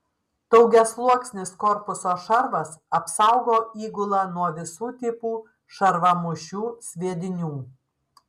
daugiasluoksnis korpuso šarvas apsaugo įgulą nuo visų tipų šarvamušių sviedinių